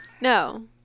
No